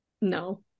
No